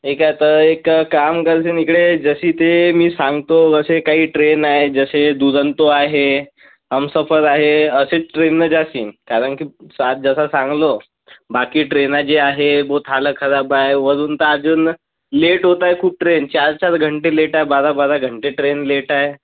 एक आता एक काम करशील इकडे जशी ते मी सांगतो असे काही ट्रेन आहे जसे दुरंतो आहे हमसफर आहे असेच ट्रेननं जाशील कारण की सात जसं सांगलो बाकी ट्रेना जी आहे बोत हाल खराब आहे वरून तर अजून लेट होत आहे खूप ट्रेन चार चार घंटे लेट आहे बारा बारा घंटे ट्रेन लेट आहे